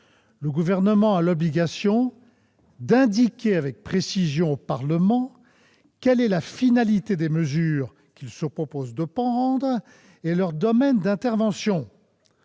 Le Gouvernement a l'obligation d'indiquer avec précision au Parlement quelle est la finalité des mesures qu'il se propose de prendre et leur domaine d'intervention